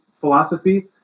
philosophy